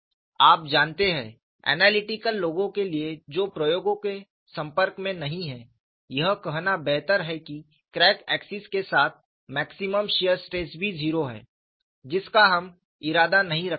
आप जानते हैं ऐनालिटिकल लोगों के लिए जो प्रयोगों के संपर्क में नहीं हैं यह कहना बेहतर है कि क्रैक एक्सिस के साथ मैक्सिमम शियर स्ट्रेस भी 0 है जिसका हम इरादा नहीं रखते थे